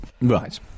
right